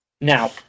Now